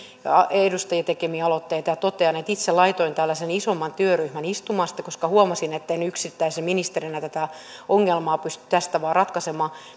edustajien tekemiä aloitteita ja totean että itse laitoin tällaisen isomman työryhmän istumaan koska huomasin etten yksittäisenä ministerinä tätä ongelmaa pysty tästä vaan ratkaisemaan